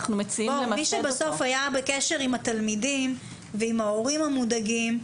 מי שהיה בקשר עם התלמידים ועם ההורים המודאגים,